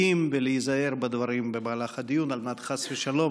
שעה 13:01 תוכן העניינים הצעות לסדר-היום 3 הצורך הדחוף לבחון